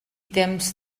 temps